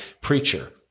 preacher